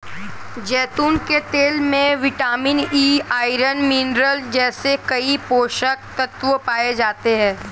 जैतून के तेल में विटामिन ई, आयरन, मिनरल जैसे कई पोषक तत्व पाए जाते हैं